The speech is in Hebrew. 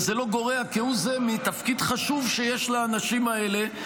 וזה לא גורע כהוא זה מהתפקיד החשוב שיש לאנשים האלה.